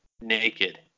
naked